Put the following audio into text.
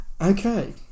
Okay